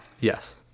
Yes